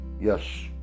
yes